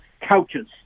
couches